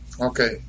Okay